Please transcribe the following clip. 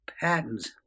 patents